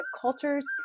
cultures